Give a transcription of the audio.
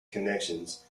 connections